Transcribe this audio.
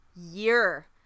year